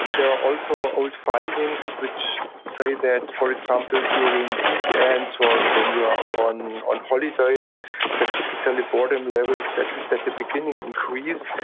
there are also old findings which say that, for example, during weekends or when you are on on holidays that typically boredom levels, at least at the beginning, increase,